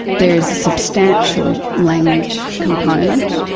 there is a substantial language component,